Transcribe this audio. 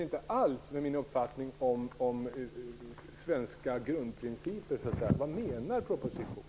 Det stämmer inte alls med svenska grundprinciper. Vad menar man i propositionen?